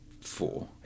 four